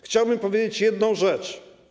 Chciałbym powiedzieć jedną rzecz.